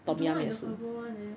I don't like the herbal [one] leh